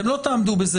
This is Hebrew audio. אתם לא תעמדו בזה,